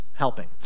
helping